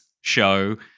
show